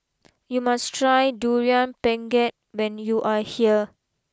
you must try Durian Pengat when you are here